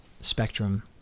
spectrum